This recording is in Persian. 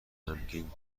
غمگین